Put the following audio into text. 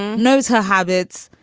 knows her habits,